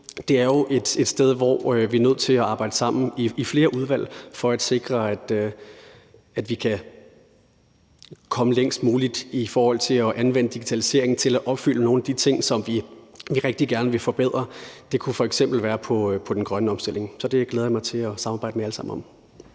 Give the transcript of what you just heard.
det er jo et område, som vi er nødt til at arbejde sammen om i flere udvalg for at sikre, at vi kan komme længst muligt i forhold til at anvende digitalisering til at opfylde nogle af de ting, som vi rigtig gerne vil forbedre. Det kunne f.eks. være den grønne omstilling. Så det glæder jeg mig til at samarbejde med jer alle sammen om.